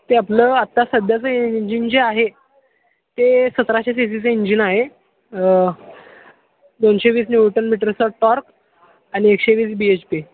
ते आपलं आत्ता सध्याचं इंजिन जे आहे ते सतराशे सी सीचं इंजिन आहे दोनशे वीस न्यूटन मीटरचा टॉर्क आणि एकशे वीस बी एच पी